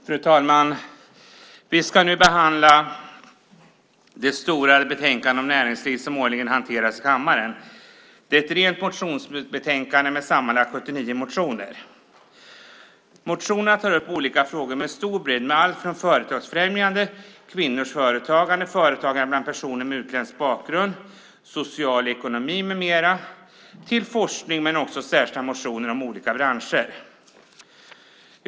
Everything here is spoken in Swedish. Fru talman! Vi ska nu behandla det stora betänkandet om näringslivet som årligen hanteras i kammaren. Det är ett rent motionsbetänkande med sammanlagt 79 motioner. Motionerna tar upp olika frågor med stor bredd. Det är allt från företagsfrämjande, kvinnors företagande, företagande bland personer med utländsk bakgrund, social ekonomi med mera till forskning och särskilda motioner om olika branscher.